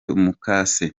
mukase